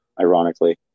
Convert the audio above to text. Ironically